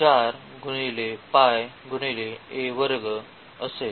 आपल्याला काय मिळेल